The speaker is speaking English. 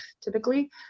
typically